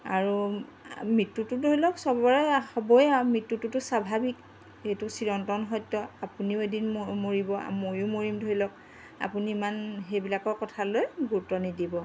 আৰু মৃত্যুটো ধৰি লওক চবৰে হ'বই আৰু মৃত্যুটো স্বাভাৱিক এইটো চিৰন্তন সত্য আপুনিও এদিন মৰিব মইয়ো মৰিম ধৰি লওক আপুনি ইমান সেইবিলাকৰ কথা লৈ গুৰুত্ব নিদিব